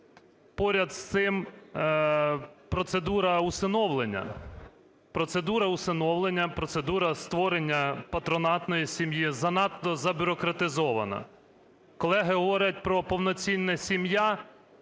Процедура усиновлення, процедура створення патронатної сім'ї занадто забюрократизована. Колеги говорять про… повноцінна сім'я.